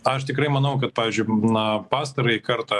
aš tikrai manau kad pavyzdžiui na pastarąjį kartą